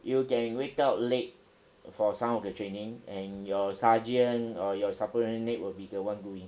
you can wake up late for some of the training and your sergeant or your subordinate will be the one doing